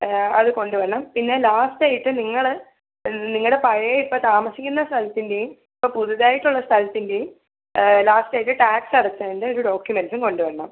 അത് കൊണ്ട് വരണം പിന്നെ ലാസ്റ്റായിട്ട് നിങ്ങൾ നിങ്ങളുടെ പഴയ ഇപ്പം പുതിയതായിട്ടുള്ള സ്ഥലത്തിന്റേം ഇപ്പോൾ ലാസ്റ്റായിട്ട് ടാക്സ്ടച്ചതിൻ്റെ ഒരു ഡോക്യൂമെൻസും കൊണ്ടു വരണം